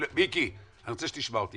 מיקי, אני רוצה שתשמע אותי.